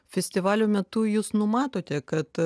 festivalio metu jūs numatote kad